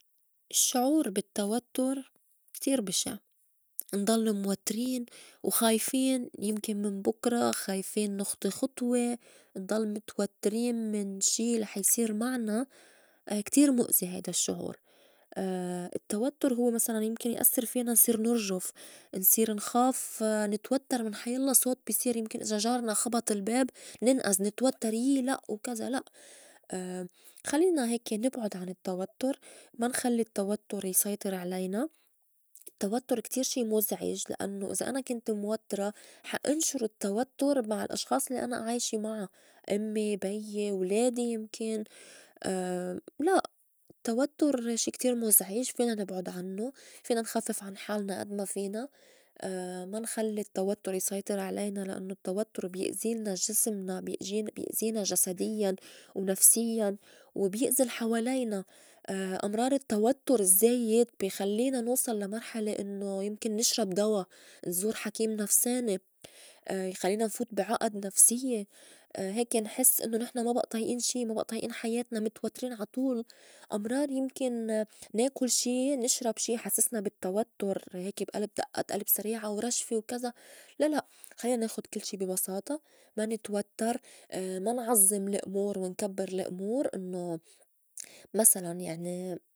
الشّعور بالتوتُّر كتير بشع نضل موتْرين وخايفين يمكن من بُكرا، خايفين نخطي خطوى، نضل متوترين من شي لح يصير معنا كتير مُأزي هيدا الشّعور. التوتّر هوّ مسلاً يمكن يأسّر فينا صير نرجُف، نصير نخاف نتوتّر من حيلّا صوت بي صير يمكن إزا جارنا خبط الباب ننئز نتوتّر يي لأ وكزا لأ خلّينا هيك نبعُد عن التوتّر ما نخلّي التوتُّر يسيطر علينا التوتّر كتير شي كتير مُزعج لأنّو إذا أنا كنت موتْرة حا إنشُر التوتُّر مع الأشخاص الّي أنا عايشة معا أمّي، بيي، ولادي يمكن لأ التوتُّر شي كتير مُزعج فينا نبعد عنّو فينا نخفّف عن حالنا أد ما فينا ما نخلّي التوتُّر يسيطر علينا لأنّو التوتُّر بيأزيلنا جسمنا بيأج- بيأزينا جسديّاً ونفسيّاً وبيأزي الحوالينا أمرار التوتُّر الزّايد بي خلّينا نوصل لا مرحلة إنّو يمكن نشرب دوا نزور حكيم نفساني يخلّينا نفوت بي عُئد نفسيّة هيك نحس إنّو نحن ما بئى طايئين شي ما بئى طايئين حياتنا متوترين عاطول أمرار يمكن ناكُل شي نشرب شي يحسّسنا بالتوتُّر هيك بألْب دئّات ألب سريعة ورجفة وكزا لا لأ خلّينا ناخُد كل شي بي بساطة ما نتوتّر ما نعظّم الأمور ونكبّر الأمور إنّو مسلاً يعني.